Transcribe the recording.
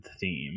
theme